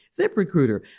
ZipRecruiter